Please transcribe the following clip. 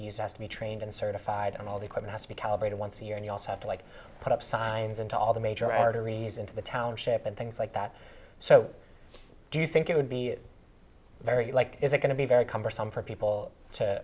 use asked me trained and certified and all the equipment to be calibrated once a year and you also have to like put up signs into all the major arteries into the township and things like that so do you think it would be very like is it going to be very cumbersome for people to